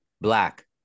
black